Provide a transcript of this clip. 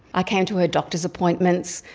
i came to her doctors' appointments,